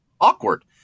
awkward